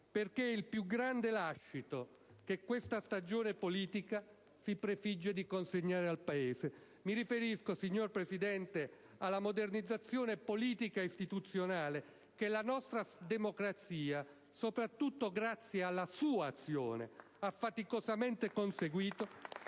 perché è il più grande lascito che questa stagione politica si prefigge di consegnare al Paese. Mi riferisco alla modernizzazione politica e istituzionale che la nostra democrazia, soprattutto grazie alla sua azione, presidente Berlusconi,